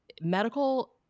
medical